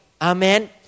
Amen